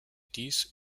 dies